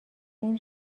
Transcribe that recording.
این